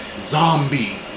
zombie